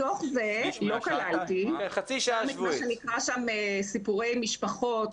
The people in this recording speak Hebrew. בתוך זה לא כללתי גם את מה שנקרא שם סיפורי משפחות,